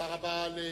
תודה רבה לשר.